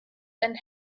and